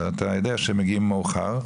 ואתה יודע שמגיעים מאוחר,